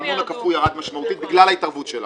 האמנון הקפוא ירד משמעותית בגלל ההתערבות שלנו.